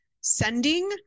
sending